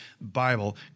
Bible